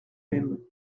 même